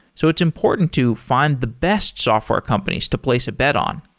so it's important to find the best software companies to place a bet on.